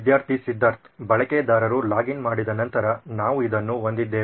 ವಿದ್ಯಾರ್ಥಿ ಸಿದ್ಧಾರ್ಥ್ ಬಳಕೆದಾರರು log in ಮಾಡಿದ ನಂತರ ನಾವು ಇದನ್ನು ಹೊಂದಿದ್ದೇವೆ